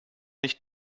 nicht